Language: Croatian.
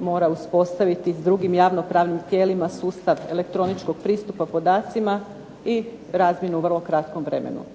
mora uspostaviti s drugim javno-pravnim tijelima sustav elektroničkog pristupa podacima i razmjenu u vrlo kratkom vremenu.